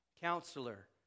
counselor